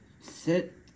Sit